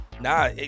nah